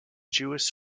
jewish